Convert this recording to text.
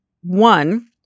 One